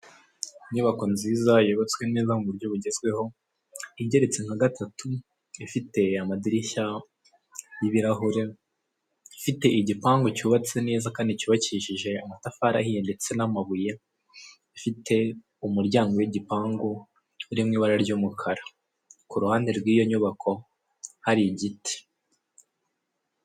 Inyubako nziza y'ubatswe neza mu buryo bugezweho igeretse nka gatatu, ikaba ifite amadirishya y'ibirahure, ifite igipangu cyubatse neza kandi cyubakishije amatafari ahiye ndetse n'amabuye, ifite umuryango w'igipangu uri mu ibara ry'umukara, ku ruhande rwiyo nyubako hari igiti.